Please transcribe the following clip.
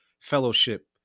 fellowship